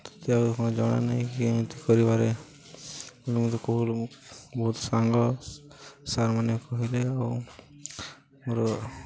ତୋତେ ଆଉ କ'ଣ ଜଣା ନାହିଁ କି ଏମିତି କରିବାରେ ମୋତେ ବହୁୁ ବହୁତ ସାଙ୍ଗ ସାର୍ମାନେ କହିଲେ ଆଉ ମୋର